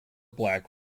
black